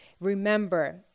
Remember